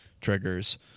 triggers